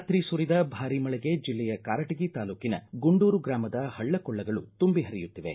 ರಾತ್ರಿ ಸುರಿದ ಭಾರಿ ಮಳೆಗೆ ಜಿಲ್ಲೆಯ ಕಾರಟಗಿ ತಾಲೂಕಿನ ಗುಂಡೂರು ಗ್ರಾಮದ ಪಳ್ಳಕೊಳ್ಳಗಳು ತುಂಬಿ ಪರಿಯುತ್ತಿವೆ